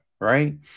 right